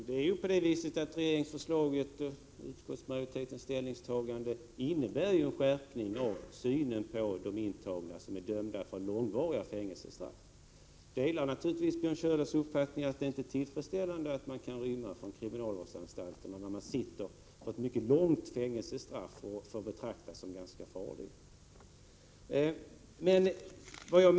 Herr talman! Regeringsförslaget och utskottsmajoritetens ställningstagande innebär en skärpning av synen på de intagna som är dömda till långvariga fängelsestraff. Jag delar Björn Körlofs uppfattning att det inte är tillfredsställande att man kan rymma från kriminalvårdsanstalterna när man fått ett mycket långt fängelsestraff och betraktas som farlig.